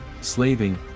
slaving